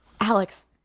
Alex